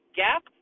gap